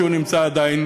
שהוא נמצא עדיין